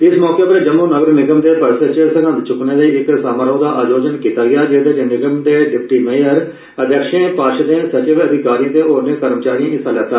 इस मौके उप्पर जम्मू नगर निगम दे परिसर च संगंध चुक्कने दे इक समारोह् दा आयोजन कीता गेआ जेहदे च निगम दे डिप्टी मेयर अध्यक्षें पार्षदें सचिव अधिकारिए ते होरने कर्मचारिए हिस्सा लैता